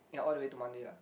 yea all the way to Monday lah